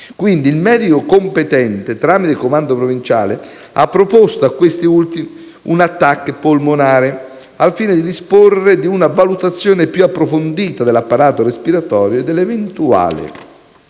Quindi il medico competente, tramite il comando provinciale, ha proposto a questi ultimi una TAC polmonare, al fine di disporre di una valutazione più approfondita dell'apparato respiratorio e dell'eventuale